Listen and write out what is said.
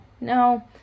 No